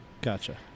gotcha